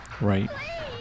Right